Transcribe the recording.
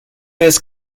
his